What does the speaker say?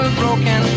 broken